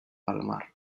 palmar